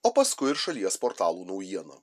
o paskui ir šalies portalų naujienų